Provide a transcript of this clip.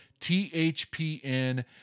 THPN